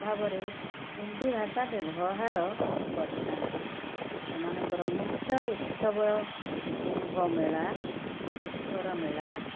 ଭାବରେ ହିନ୍ଦୀ ଭାଷା ବ୍ୟବହାର କରିଥାନ୍ତି ସେମାନଙ୍କର ମୁଖ୍ୟ ଉତ୍ସବ କୁମ୍ଭ ମେଳା ପୁଷ୍କର ମେଳା